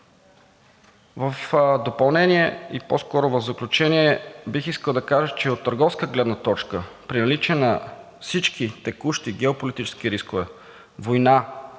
В допълнение или по-скоро в заключение бих искал да кажа, че от търговска гледна точка при наличие на всички текущи геополитически рискове: война,